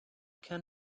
can